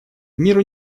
миру